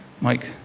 Mike